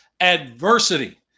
adversity